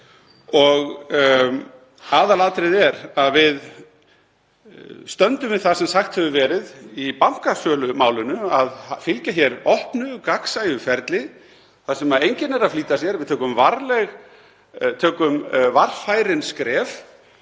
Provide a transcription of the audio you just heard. Aðalatriðið er að við stöndum við það sem sagt hefur verið í bankasölumálinu, að fylgja opnu og gagnsæju ferli þar sem enginn er að flýta sér. Við stígum varfærin skref